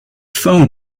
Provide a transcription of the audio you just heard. phone